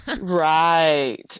Right